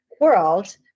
world